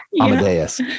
Amadeus